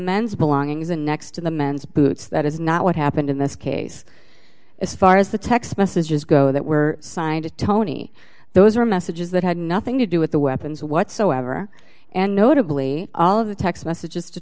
men's belongings and next to the men's boots that is not what happened in this case as far as the text messages go that were signed tony those were messages that had nothing to do with the weapons whatsoever and notably all of the text messages to